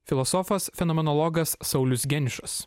filosofas fenomenologas saulius geniušas